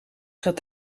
gaat